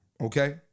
okay